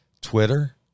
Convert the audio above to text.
twitter